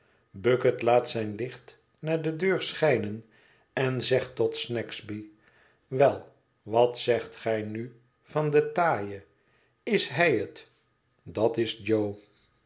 bucket laat zijn licht naar de deur schijnen en zegt tot snagsby wel wat zegt gij nu van den taaie is hij het dat is jo